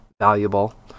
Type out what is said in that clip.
valuable